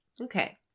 Okay